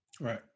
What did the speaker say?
Right